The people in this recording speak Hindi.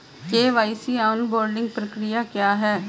के.वाई.सी ऑनबोर्डिंग प्रक्रिया क्या है?